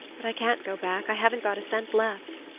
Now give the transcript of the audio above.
but i can't go back i haven't got a cent left.